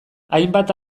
hainbat